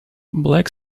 black